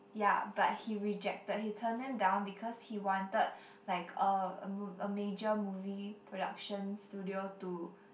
ya but he rejected he turned them down because he wanted like a mo~ a major movie production studio to